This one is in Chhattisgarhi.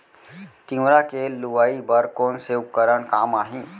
तिंवरा के लुआई बर कोन से उपकरण काम आही?